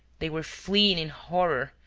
they were fleeing in horror,